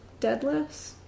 deadlifts